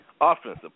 offensive